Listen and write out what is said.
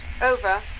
Over